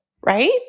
right